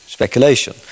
Speculation